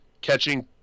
catching